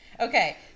Okay